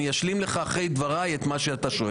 אני אשלים לך אחרי דבריי את מה שאתה שואל.